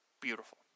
beautiful